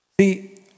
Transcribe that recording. See